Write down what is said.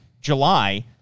July